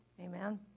amen